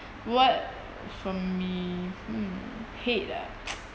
what for me hmm hate ah